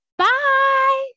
Bye